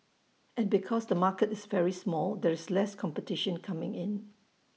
and because the market is very small there's less competition coming in